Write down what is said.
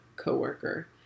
co-worker